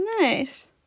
nice